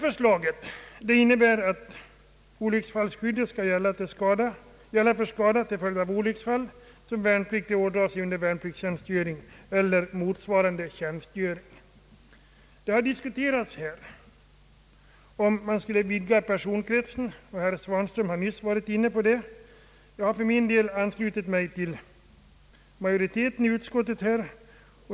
Förslaget innebär att skyddet skall gälla för skada till följd av olycksfall som värnpliktig ådrar sig under värnpliktstjänstgöring eller motsvarande tjänstgöring. Här har diskuterats att man skulle vidga personkretsen, och herr Svanström har nyss varit inne på det. Jag har för min del på denna punkt anslutit mig till majoriteten i utskottet.